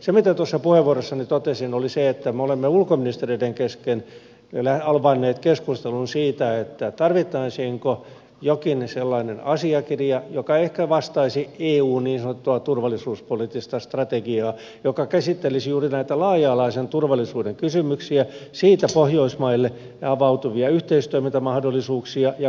se mitä tuossa puheenvuorossani totesin oli se että me olemme ulkoministereiden kesken avanneet keskustelun siitä tarvittaisiinko jokin sellainen asiakirja joka ehkä vastaisi eun niin sanottua turvallisuuspoliittista strategiaa ja joka käsittelisi juuri näitä laaja alaisen turvallisuuden kysymyksiä siitä pohjoismaille avautuvia yhteistoimintamahdollisuuksia ja kohteita